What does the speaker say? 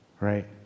right